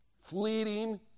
fleeting